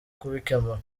kubikemura